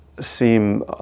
seem